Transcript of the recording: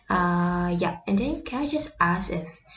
err yup and then can I just ask if